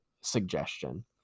suggestion